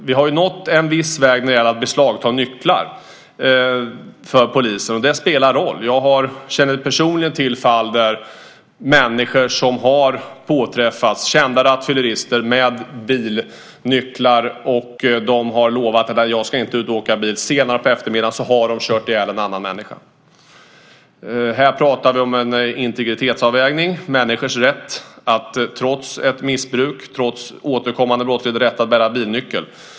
Vi har kommit en viss bit på vägen när det gäller polisens möjligheter att beslagta nycklar. Det spelar roll. Jag känner personligen till fall där människor - kända rattfyllerister - har påträffats med bilnycklar. De har lovat att de inte ska ut och åka bil. Senare på eftermiddagen har de kört ihjäl en annan människa. Här pratar vi om en integritetsavvägning. Det gäller människors rätt att trots ett missbruk och trots återkommande brottslighet bära bilnyckel.